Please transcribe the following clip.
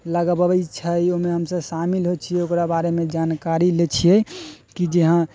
लगबबैत छै ओहिमे हमसभ शामिल होइत छियै ओकरा बारेमे जानकारी लैत छियै कि जे हँ